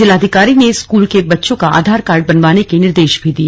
जिलाधिकारी ने स्कूल के बच्चों का आधार कार्ड बनवाने के निर्देश भी दिए